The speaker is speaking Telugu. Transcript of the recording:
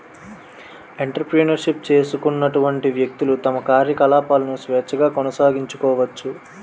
ఎంటర్ప్రెన్యూర్ షిప్ తీసుకున్నటువంటి వ్యక్తులు తమ కార్యకలాపాలను స్వేచ్ఛగా కొనసాగించుకోవచ్చు